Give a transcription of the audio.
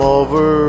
over